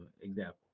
example